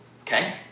Okay